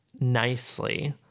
nicely